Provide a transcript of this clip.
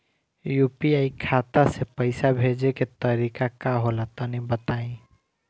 UPI खाता से पइसा भेजे के तरीका का होला तनि बताईं?